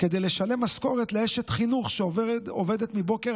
כדי לשלם משכורות לאשת חינוך שעובדת מבוקר